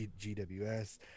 GWS